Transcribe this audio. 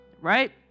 right